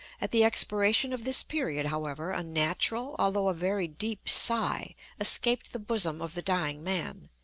at the expiration of this period, however, a natural although a very deep sigh escaped the bosom of the dying man,